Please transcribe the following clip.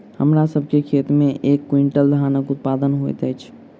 हमरा सभ के खेत में एक क्वीन्टल धानक उत्पादन होइत अछि